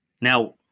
Now